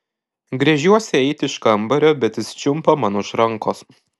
gręžiuosi eiti iš kambario bet jis čiumpa man už rankos